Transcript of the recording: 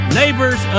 neighbors